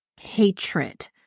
Hatred